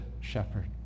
shepherd